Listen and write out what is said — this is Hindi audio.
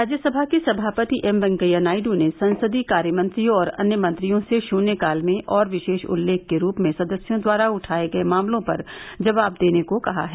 राज्यसभा के सभापति एम वेंकैया नायडू ने संसदीय कार्यमंत्री और अन्य मंत्रियों से शून्यकाल में और विशेष उल्लेख के रूप में सदस्यों द्वारा उठाए गए मामलों पर जवाब देने को कहा है